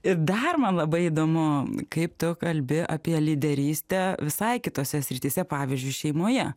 ir dar man labai įdomu kaip tu kalbi apie lyderystę visai kitose srityse pavyzdžiui šeimoje